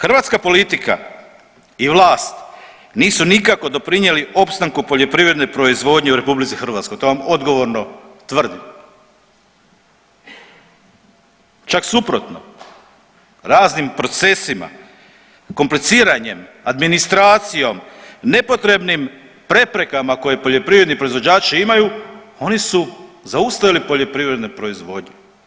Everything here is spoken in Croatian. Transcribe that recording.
Hrvatska politika i vlast nisu nikako doprinijeli opstanku poljoprivredne proizvodnje u RH, to vam odgovorno tvrdim, čak suprotno, raznim procesima, kompliciranjem, administracijom, nepotrebnim preprekama koje poljoprivredni proizvođači imaju oni su zaustavili poljoprivrednu proizvodnju.